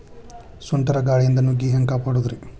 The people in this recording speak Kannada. ಸುಂಟರ್ ಗಾಳಿಯಿಂದ ನುಗ್ಗಿ ಹ್ಯಾಂಗ ಕಾಪಡೊದ್ರೇ?